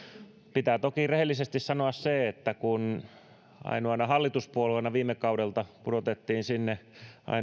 pitää toki rehellisesti sanoa se että kun keskusta ainoana hallituspuolueena viime kaudelta pudotettiin sinne